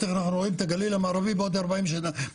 איך רואים את הגליל המערבי בעוד ארבעים שנה,